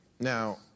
Now